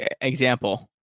example